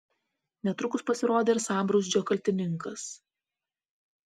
netrukus pasirodė ir sambrūzdžio kaltininkas